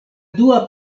dua